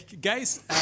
guys